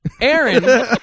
Aaron